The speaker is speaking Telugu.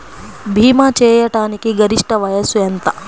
భీమా చేయాటానికి గరిష్ట వయస్సు ఎంత?